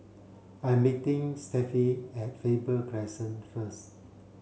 I'm meeting at Faber Crescent first